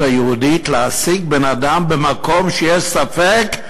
היהודית להעסיק בן-אדם במקום שיש ספק,